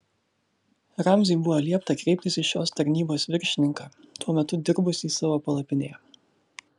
ramziui buvo liepta kreiptis į šios tarnybos viršininką tuo metu dirbusį savo palapinėje